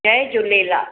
Jay Jhulelal